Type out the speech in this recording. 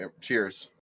Cheers